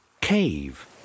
cave